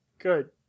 Good